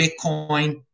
bitcoin